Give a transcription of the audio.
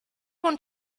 want